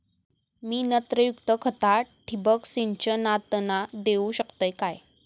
मी नत्रयुक्त खता ठिबक सिंचनातना देऊ शकतय काय?